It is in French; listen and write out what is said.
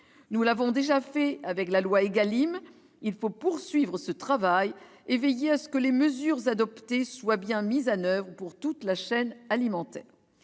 Nous l'avons déjà fait avec la loi Égalim ; il faut poursuivre ce travail et veiller à ce que les mesures adoptées soient bien mises en oeuvre sur toute la chaîne alimentaire.